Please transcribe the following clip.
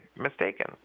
mistaken